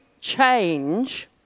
change